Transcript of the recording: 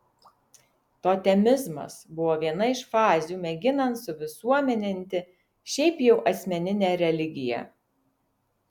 totemizmas buvo viena iš fazių mėginant suvisuomeninti šiaip jau asmeninę religiją